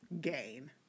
gain